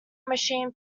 machine